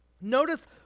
Notice